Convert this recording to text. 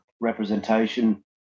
representation